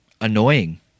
annoying